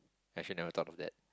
actually never thought of that